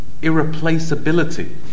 irreplaceability